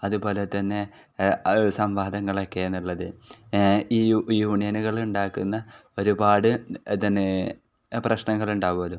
അതുപോലെ തന്നെ സംവാദങ്ങളൊക്കെയെന്നുള്ളത് ഈ യൂ യൂണിയനുകൾ ഉണ്ടാക്കുന്ന ഒരുപാട് ഇ തന്നെ പ്രശ്നങ്ങളുണ്ടാകുമല്ലോ